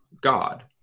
God